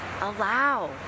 Allow